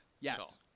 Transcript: Yes